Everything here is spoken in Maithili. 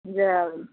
जाएब